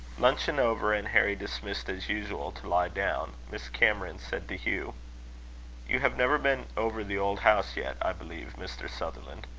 luncheon over, and harry dismissed as usual to lie down, miss cameron said to hugh you have never been over the old house yet, i believe, mr. sutherland.